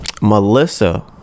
Melissa